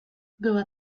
była